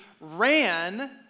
ran